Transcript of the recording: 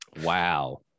Wow